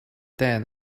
then